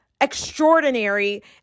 extraordinary